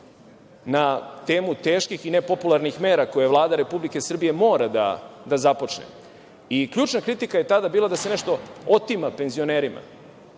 na temu teških i nepopularnih mera koje Vlada Republike Srbije mora da započne. Ključna kritika je tada bila da se nešto otima penzionerima,